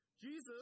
Jesus